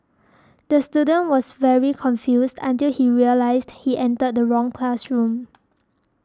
the student was very confused until he realised he entered the wrong classroom